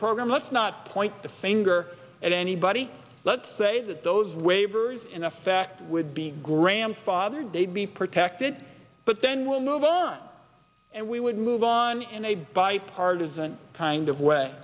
program let's not point the finger at anybody let's say that those waivers in effect would be grandfathered they'd be protected but then we'll move on and we would move on and a bipartisan kind of way